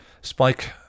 Spike